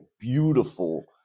beautiful